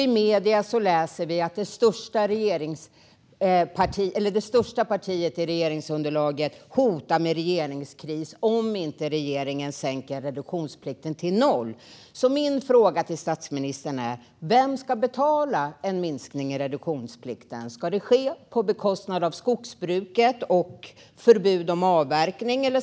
I medierna läser vi att det största partiet i regeringsunderlaget hotar med regeringskris om inte regeringen sänker reduktionsplikten till noll. Min fråga till statsministern är: Vem ska betala en minskning av reduktionsplikten? Ska det ske på bekostnad av skogsbruket och innebära förbud mot avverkning?